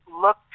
look